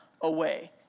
away